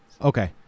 okay